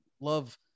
love